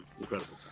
Incredible